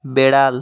বেড়াল